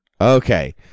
Okay